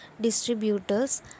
distributors